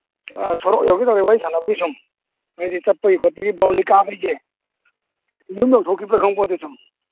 ꯑꯥ ꯁꯣꯔꯣꯛ ꯌꯧꯒꯦ ꯇꯧꯋꯤ ꯋꯥꯔꯤ ꯁꯥꯟꯅꯕꯒꯤ ꯁꯨꯝ ꯍꯥꯏꯕꯗꯤ ꯆꯠꯄꯒꯤ ꯈꯣꯠꯄꯒꯤ ꯕꯥꯔꯨꯅꯤ ꯀꯥꯕꯒꯤ ꯌꯨꯝ ꯌꯧꯊꯣꯛꯈꯤꯕ꯭ꯔꯥ ꯈꯪꯄꯣꯠꯇꯦ ꯁꯨꯝ